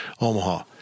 Omaha